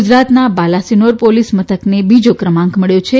ગુજરાતના બાલાસિનોર પોલીસ મથકને બીજો ક્રમાંક મળ્યો છે